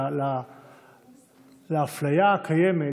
לאפליה הקיימת.